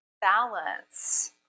balance